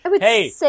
hey